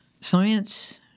Science